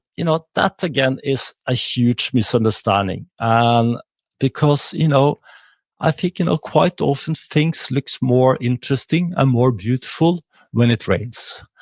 you know that, again, is a huge misunderstanding, um because i you know ah think you know quite often, things look more interesting and more beautiful when it rains.